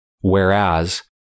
Whereas